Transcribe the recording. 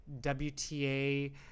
WTA